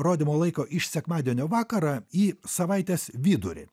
rodymo laiko iš sekmadienio vakarą į savaitės vidurį